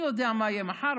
מי יודע מה יהיה מחר,